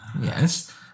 Yes